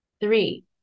three